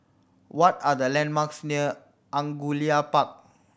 what are the landmarks near Angullia Park